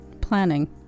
planning